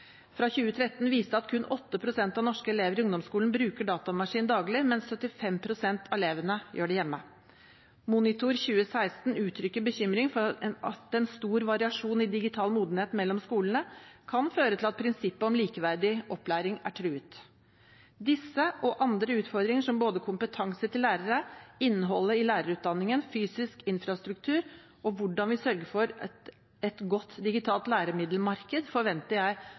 fra 2013 viste at kun 8 pst. av norske elever i ungdomsskolen bruker datamaskin daglig, mens 75 pst. av elevene gjør det hjemme. Monitor 2016 uttrykker bekymring for at en stor variasjon i digital modenhet mellom skolene kan føre til at prinsippet om likeverdig opplæring er truet. Disse og andre utfordringer – som både kompetansen til lærerne, innholdet i lærerutdanningen, fysisk infrastruktur og hvordan vi sørger for et godt digitalt læremiddelmarked – forventer jeg